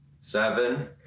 seven